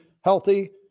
healthy